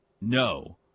no